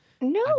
No